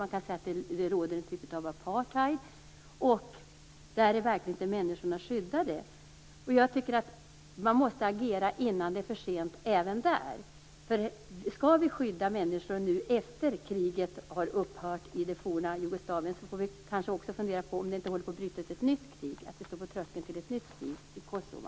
Man kan säga att det råder en typ av apartheid, och där är människorna verkligen inte skyddade. Jag tycker att man måste agera innan det är för sent även där. Skall vi skydda människor nu efter det att kriget har upphört i det forna Jugoslavien får vi kanske också fundera på om det inte håller på att bryta ut ett nytt krig. Vi kan stå på tröskeln till ett nytt krig i Kosova.